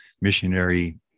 missionary